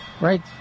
Right